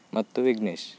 ಮತ್ತು ವಿಘ್ನೇಶ್